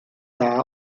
dda